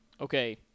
Okay